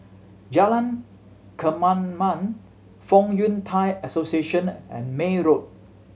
Jalan Kemaman Fong Yun Thai Association and May Road